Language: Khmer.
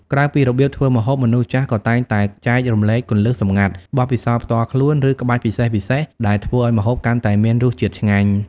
ក្រៅពីរបៀបធ្វើម្ហូប មនុស្សចាស់ក៏តែងតែចែករំលែកគន្លឹះសម្ងាត់ បទពិសោធន៍ផ្ទាល់ខ្លួន ឬក្បាច់ពិសេសៗដែលធ្វើឱ្យម្ហូបកាន់តែមានរសជាតិឆ្ងាញ់។